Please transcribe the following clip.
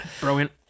Brilliant